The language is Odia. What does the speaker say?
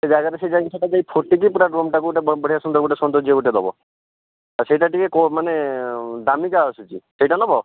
ସେ ଜାଗାରେ ସେ ଯାଇକି ସେହିଟା ଯାଇକି ଫୁଟିକି ପୁରା ରୁମ୍ଟାକୁ ଗୋଟିଏ ବଢ଼ିଆ ସୁନ୍ଦର ଗୋଟିଏ ସୌନ୍ଦର୍ଯ୍ୟ ଗୋଟିଏ ଦେବ ଆ ସେହିଟା ଟିକିଏ କମ ମାନେ ଦାମିକା ଆସୁଛି ସେହିଟା ନେବ